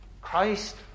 Christ